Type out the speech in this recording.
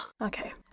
Okay